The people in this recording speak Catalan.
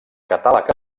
catàleg